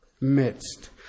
midst